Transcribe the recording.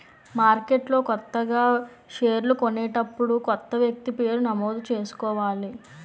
మార్కెట్లో కొత్తగా షేర్లు కొనేటప్పుడు కొత్త వ్యక్తి పేరు నమోదు చేసుకోవాలి